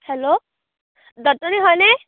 hello দত্তনী হয়নে